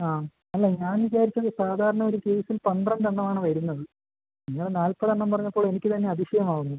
ആ അല്ല ഞാൻ വിചാരിച്ചത് സാധാരണ ഒര് കേസിൽ പന്ത്രണ്ടെണ്ണവാണ് വരുന്നത് നിങ്ങൾ നാല്പതെണ്ണം പറഞ്ഞപ്പോൾ എനിക്ക് തന്നെ അതിശയമാവുന്നു